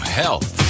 health